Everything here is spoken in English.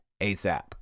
ASAP